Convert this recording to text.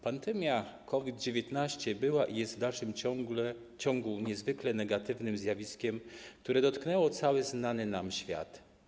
Pandemia COVID-19 była i jest w dalszym ciągu niezwykle negatywnym zjawiskiem, które dotknęło cały znany nam świat.